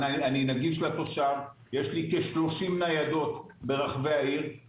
אם לא מבינים שהסייעות בעיר נותנות שירות במגוון